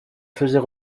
faisait